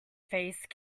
faced